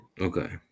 Okay